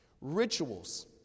Rituals